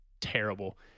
terrible